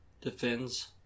defends